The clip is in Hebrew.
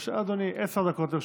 בבקשה אדוני, עשר דקות לרשותך.